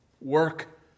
work